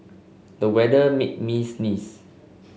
the weather made me sneeze